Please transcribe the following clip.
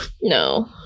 no